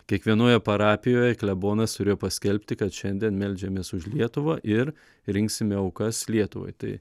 kiekvienoje parapijoje klebonas turėjo paskelbti kad šiandien meldžiamės už lietuvą ir rinksime aukas lietuvai tai